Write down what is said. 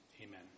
Amen